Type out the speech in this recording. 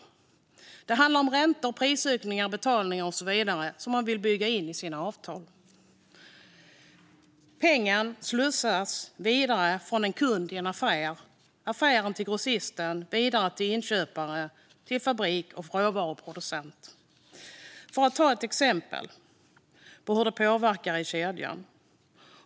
Risken handlar om räntor, prisökningar, betalningar och så vidare som man vill bygga in i sina avtal. Pengen slussas vidare från en kund i affären, från affären till grossisten, vidare till inköparen, fabriken och råvaruproducenten. Låt mig ge ett exempel på hur kedjan påverkas.